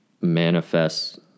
manifest